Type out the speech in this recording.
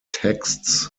texts